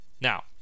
Now